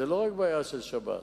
זו לא רק בעיה של שב"ס.